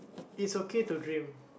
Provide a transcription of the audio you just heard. it's okay to dream